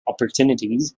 opportunities